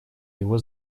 его